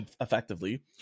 effectively